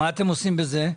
מה אתם עושים בזה?